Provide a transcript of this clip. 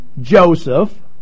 Joseph